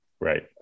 Right